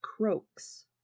croaks